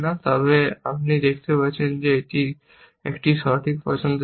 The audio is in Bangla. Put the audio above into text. তবে আপনি দেখতে পাচ্ছেন যে এটি একটি সঠিক পছন্দ ছিল